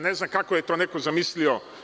Ne znam kako je to neko zamislio.